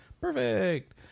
Perfect